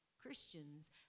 Christians